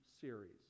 series